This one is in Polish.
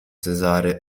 cezary